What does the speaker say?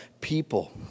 people